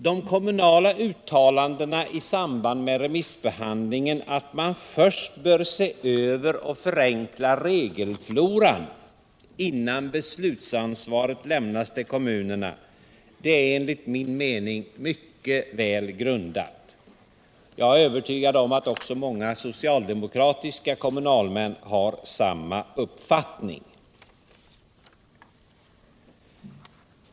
De kommunala uttalandena i samband med remissbehandlingen, att man först bör se över och förenkla regelfloran innan beslutsansvaret lämnas till kommunerna, är enligt min mening mycket väl grundade. Jag är övertygad om alt också många socialdemokratiska kommunalmän har samma uppfattning.